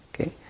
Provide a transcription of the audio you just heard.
okay